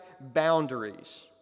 boundaries